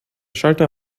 schalter